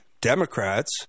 Democrats